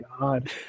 God